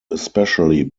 especially